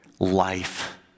Life